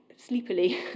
sleepily